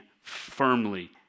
firmly